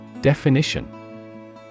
Definition